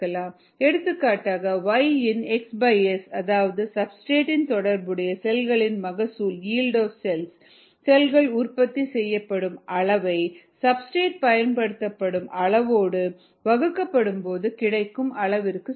எடுத்துக்காட்டாக Y யின் xs அதாவது சப்ஸ்டிரேட் இன் தொடர்புடைய செல்களின் மகசூல் செல்கள் உற்பத்தி செய்யப்படும் அளவை சப்ஸ்டிரேட் பயன்படுத்தப்படும் அளவோடு வகுக்கப்படும் போது கிடைக்கும் அளவிற்கு சமம்